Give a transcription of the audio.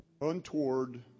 untoward